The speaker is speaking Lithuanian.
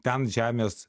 ten žemės